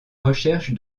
recherche